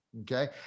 Okay